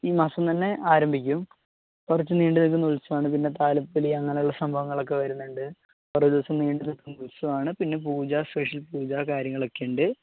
ഈ മാസംതന്നെ ആരംഭിക്കും കുറച്ച് നീണ്ട് നിൽക്കുന്ന ഉത്സവമാണ് പിന്നെ താലപ്പൊലി അങ്ങനെയുള്ള സംഭവങ്ങളൊക്കെ വരുന്നുണ്ട് കുറേ ദിവസം നീണ്ട് നിൽക്കുന്ന ഉത്സവമാണ് പിന്നെ പൂജ സ്പെഷ്യൽ പൂജ കാര്യങ്ങളൊക്കെയുണ്ട്